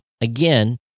again